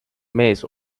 mees